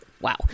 Wow